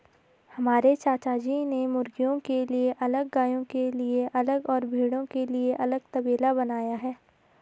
हमारे चाचाजी ने मुर्गियों के लिए अलग गायों के लिए अलग और भेड़ों के लिए अलग तबेला बनाया है